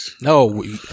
no